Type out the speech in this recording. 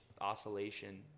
oscillation